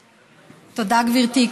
תודה, גברתי.